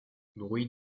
bruit